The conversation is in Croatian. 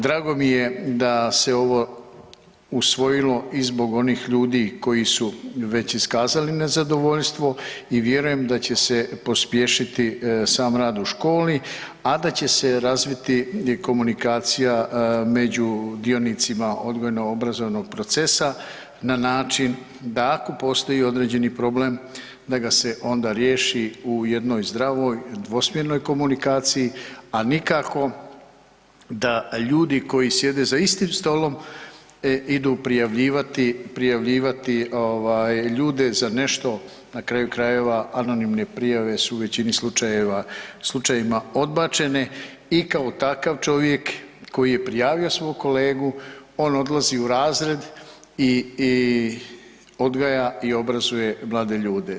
Drago mi je da se ovo usvojilo i zbog onih ljudi koji su već iskazali nezadovoljstvo i vjerujem da će se pospješiti sam rad u školi, a da će se razviti komunikacija među dionicima odgojno-obrazovnog procesa na način da ako postoji određeni problem, da ga se onda riješi u jednoj zdravoj dvosmjernoj komunikaciji, a nikako da ljudi koji sjede za istim stolom idu prijavljivati ljude za nešto, na kraju krajeva, anonimne prijave su u većini slučajeva odbačene i kao takav čovjek koji je prijavio svog kolegu, on odlazi u razred i odgaja i obrazuje mlade ljude.